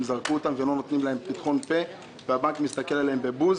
זרקו אותם ולא נותנים להם פתחון-פה והבנק מסתכל עליהם בבוז.